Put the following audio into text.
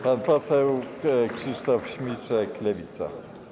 Pan poseł Krzysztof Śmiszek, Lewica.